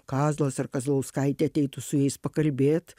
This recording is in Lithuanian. kazlas ir kazlauskaitė ateitų su jais pakalbėt